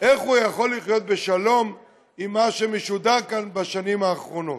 איך הוא יכול לחיות בשלום עם מה שמשודר כאן בשנים האחרונות?